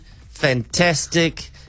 fantastic